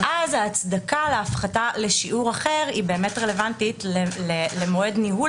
אז ההצדקה להפחתה לשיעור אחר היא באמת רלוונטית למועד ניהול